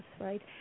right